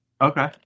Okay